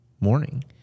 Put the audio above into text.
morning